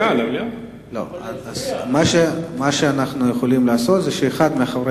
מה שאנחנו יכולים לעשות זה שאחד מחברי